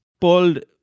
pulled